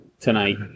tonight